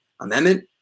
amendment